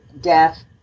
death